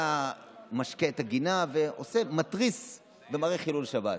היה משקה את הגינה ומתריס ומראה חילול שבת.